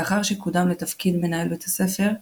לאחר שקודם לתפקיד מנהל בית הספר,